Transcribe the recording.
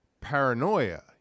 paranoia